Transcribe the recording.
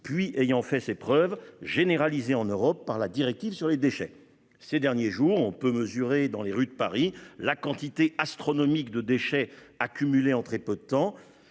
qui, ayant fait ses preuves, a ensuite été généralisé en Europe par la directive sur les déchets. Ces derniers jours, on a pu mesurer dans les rues de Paris la quantité astronomique de déchets accumulés en très peu de temps.